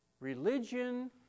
Religion